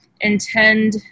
intend